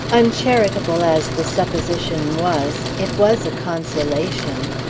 uncharitable as the supposition was, it was a consolation.